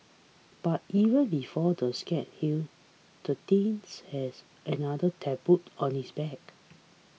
but even before the scabs healed the teens has another tattooed on his back